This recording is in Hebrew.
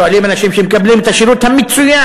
שואלים אנשים שמקבלים את השירות המצוין,